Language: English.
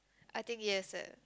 I think yes eh